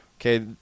okay